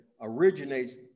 originates